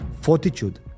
Fortitude